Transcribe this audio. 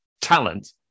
talent